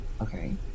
Okay